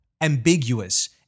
ambiguous